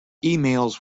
emails